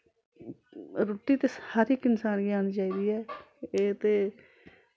रुट्टी ते हर इक इंसान गी औनी चाहिदी ऐ एह् ते